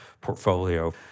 portfolio